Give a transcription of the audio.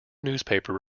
newspaper